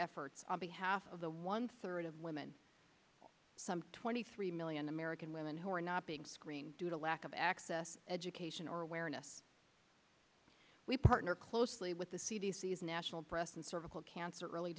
efforts on behalf of the one third of women some twenty three million american women who are not being screened due to lack of access education or awareness we partner closely with the c d c s national breast and cervical cancer early